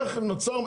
איך נוצר,